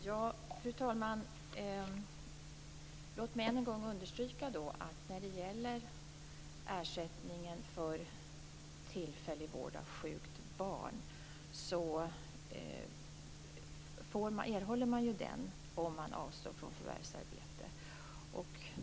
Fru talman! Låt mig än en gång understryka att man erhåller ersättning för tillfällig vård av sjukt barn om man avstår från förvärvsarbete.